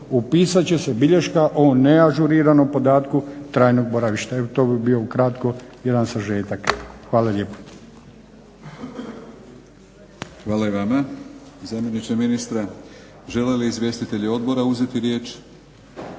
upisat će se bilješka o neažuriranom podatku trajnog boravišta. Evo to bi bio ukratko jedan sažetak. Hvala lijepo. **Batinić, Milorad (HNS)** Hvala i vama zamjeniče ministra. Žele li izvjestitelji odbora uzeti riječ?